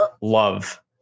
love